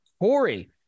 Corey